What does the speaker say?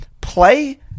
Play